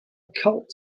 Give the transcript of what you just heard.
cult